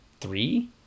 three